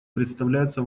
представляется